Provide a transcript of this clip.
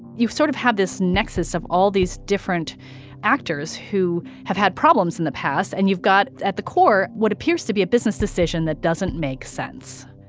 you've sort of had this nexus of all these different actors who have had problems in the past. and you've got, at the core, what appears to be a business decision that doesn't make sense.